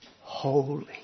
holy